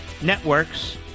Networks